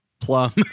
Plum